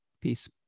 Peace